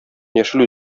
яшел